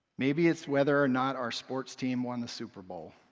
maybe it's whether or not our sports team won the superbowl.